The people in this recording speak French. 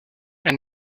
elle